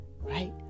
Right